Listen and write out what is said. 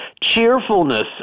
cheerfulness